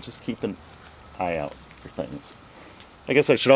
just keep an eye out for things i guess i should